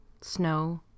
snow